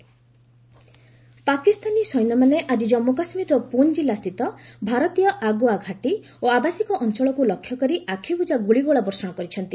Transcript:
JK ceasefire Pakistani ସେନ୍ୟମାନେ ଆଜି ଜନ୍ମୁ କାଶ୍ମୀରର ପୁଞ୍ ଜିଲ୍ଲାସ୍ଥିତ ଭାରତୀୟ ଆଗୁଆ ଘାଟି ଓ ଆବାସିକ ଅଞ୍ଚଳକୁ ଲକ୍ଷ୍ୟ କରି ଆଖିବୁଜା ଗୁଳିଗୋଳା ବର୍ଷଣ କରିଛନ୍ତି